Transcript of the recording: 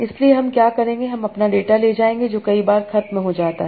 इसलिए हम क्या करेंगे हम अपना डेटा ले जाएंगे जो कई बार खत्म हो जाता है